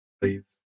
Please